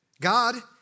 God